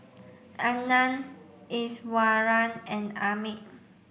Anand Iswaran and Amit